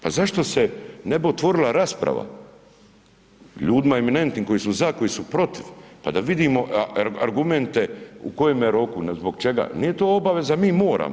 Pa zašto se ne bi otvorila rasprava, ljudima eminentnim koji su za, koji su protiv, pa da vidimo argumente u kojemu roku, zbog čega, nije to obaveza mi moramo.